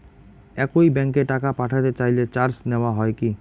একই ব্যাংকে টাকা পাঠাতে চাইলে চার্জ নেওয়া হয় কি?